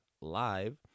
live